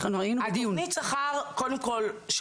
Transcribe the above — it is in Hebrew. אנחנו היינו בדיון --- תוכנית השכר של העובדים